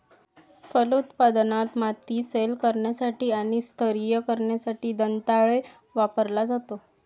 फलोत्पादनात, माती सैल करण्यासाठी आणि स्तरीय करण्यासाठी दंताळे वापरला जातो